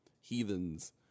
heathens